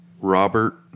Robert